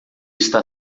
está